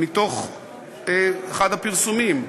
מתוך אחד הפרסומים: